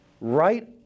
right